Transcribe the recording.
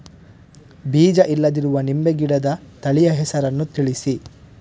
ಬೀಜ ಇಲ್ಲದಿರುವ ನಿಂಬೆ ಗಿಡದ ತಳಿಯ ಹೆಸರನ್ನು ತಿಳಿಸಿ?